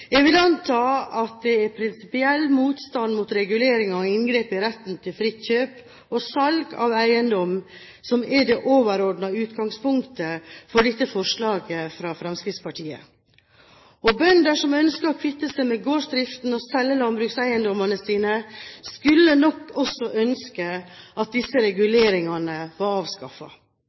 Jeg vil anta at det er prinsipiell motstand mot regulering og inngripen i retten til fritt kjøp og salg av eiendom som er det overordnede utgangspunktet for dette forslaget fra Fremskrittspartiet. Bønder som ønsker å kvitte seg med gårdsdriften og selge landbrukseiendommene sine, skulle nok også ønske at disse reguleringene var